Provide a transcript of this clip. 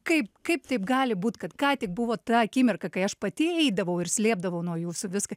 kaip kaip taip gali būt kad ką tik buvo ta akimirka kai aš pati eidavau ir slėpdavau nuo jūsų viską